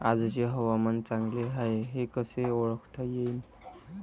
आजचे हवामान चांगले हाये हे कसे ओळखता येईन?